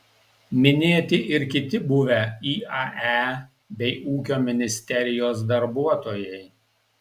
minėti ir kiti buvę iae bei ūkio ministerijos darbuotojai